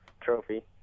trophy